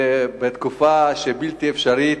ובתקופה שבלתי אפשרי,